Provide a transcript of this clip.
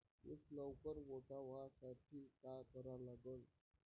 ऊस लवकर मोठा व्हासाठी का करा लागन?